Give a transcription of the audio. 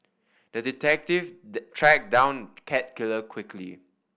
the detective tracked down cat killer quickly